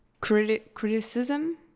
criticism